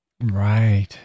Right